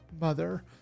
Mother